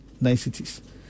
niceties